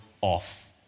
off